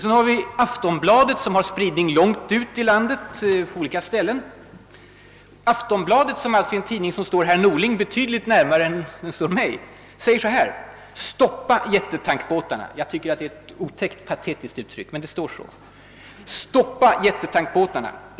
Sedan har vi Aftonbladet, som har spridning långt ut i landet. Och Aftonbladet, som står herr Norling betydligt närmare än mig, säger: »Stoppa jättetankbåtarna.« Jag tycker att det är ett otäckt patetiskt uttryck, men det står så. »Stoppa jättetankbåtarna.